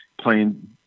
playing